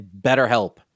BetterHelp